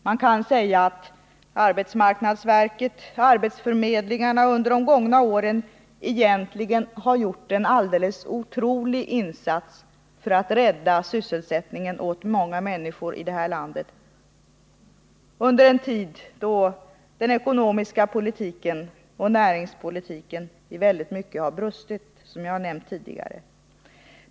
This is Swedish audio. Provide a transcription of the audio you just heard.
Man kan säga att arbetsmarknadsverket och arbetsförmedlingarna under de gångna åren egentligen har gjort en alldeles otrolig insats för att rädda sysselsättningen åt många människor under en tid då den ekonomiska politiken och näringspolitiken i väldigt mycket har brustit, som jag tidigare sade.